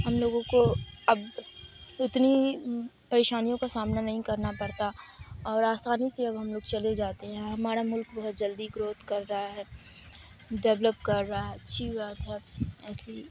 ہم لوگوں کو اب اتنی پریشانیوں کا سامنا نہیں کرنا پڑتا اور آسانی سے اب ہم لوگ چلے جاتے ہیں ہمارا ملک بہت جلدی گروتھ کر رہا ہے ڈیولپ کر رہا ہے اچھی بات ہے ایسی